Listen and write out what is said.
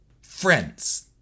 Friends